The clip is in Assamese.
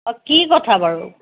অ কি কথা বাৰু